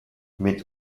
mit